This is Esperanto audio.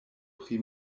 pri